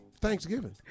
Thanksgiving